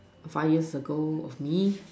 five years ago of me